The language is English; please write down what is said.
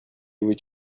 with